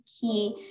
key